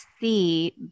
see